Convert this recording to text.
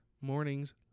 morning's